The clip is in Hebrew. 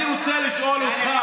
אני רוצה לשאול אותך,